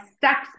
sex